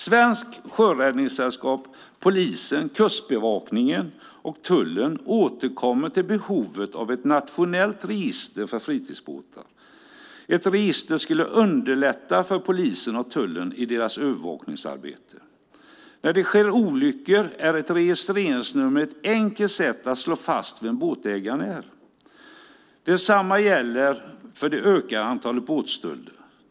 Svenska Sjöräddningssällskapet, polisen, Kustbevakningen och tullen återkommer till behovet av ett nationellt register för fritidsbåtar. Ett register skulle underlätta för polisen och tullen i deras övervakningsarbete. När det sker olyckor är ett registreringsnummer ett enkelt sätt att slå fast vem båtägaren är. Detsamma gäller för det ökande antalet båtstölder.